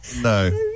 No